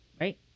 Right